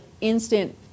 instant